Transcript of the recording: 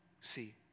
see